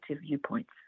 viewpoints